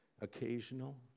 occasional